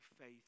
faith